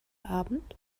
abend